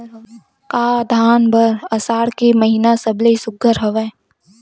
का धान बर आषाढ़ के महिना सबले सुघ्घर हवय?